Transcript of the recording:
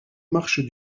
marches